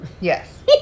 Yes